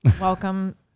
welcome